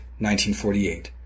1948